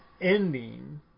ending